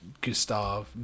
Gustave